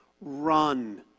run